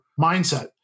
mindset